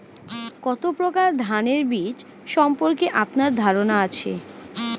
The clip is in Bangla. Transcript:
কত প্রকার ধানের বীজ সম্পর্কে আপনার ধারণা আছে?